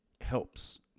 helps